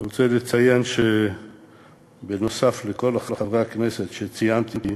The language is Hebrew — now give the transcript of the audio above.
אני רוצה לציין, נוסף על כל חברי הכנסת שציינתי,